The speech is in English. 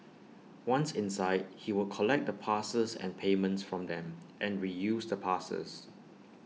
once inside he would collect the passes and payments from them and reuse the passes